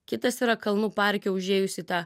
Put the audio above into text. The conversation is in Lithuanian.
kitas yra kalnų parke užėjus į tą